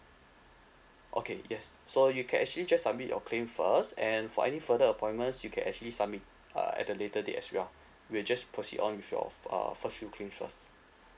okay yes so you can actually just submit your claim first and for any further appointments you can actually submit uh at the later date as well we will just proceed on with your uh first few claims first